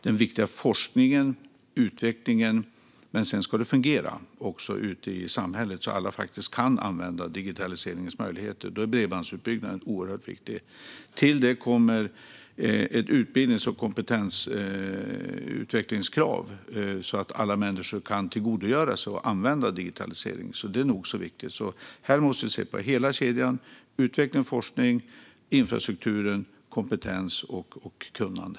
Den viktiga forskningen och utvecklingen är en sak, men sedan ska det också fungera ute i samhället så att alla faktiskt kan använda digitaliseringens möjligheter. Då är bredbandsutbyggnaden oerhört viktig. Till detta kommer ett utbildnings och kompetensutvecklingskrav, så att alla människor kan tillgodogöra sig och använda digitaliseringen. Detta är nog så viktigt. Här måste vi se på hela kedjan, från utveckling och forskning till infrastruktur, kompetens och kunnande.